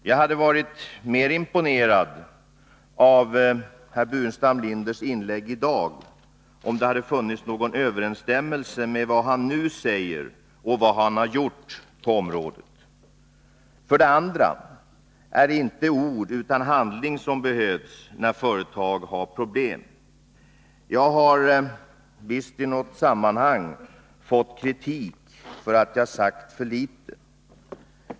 Jag hade varit mer imponerad av herr Burenstam Linders inlägg i dag, om det hade funnits någon överensstämmelse mellan vad han nu säger och vad han har gjort på området. För det andra är det inte ord utan handling som behövs när företag har problem. Jag har visst i något sammanhang fått kritik för att jag sagt för litet.